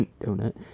donut